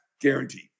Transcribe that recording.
Guaranteed